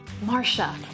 Marcia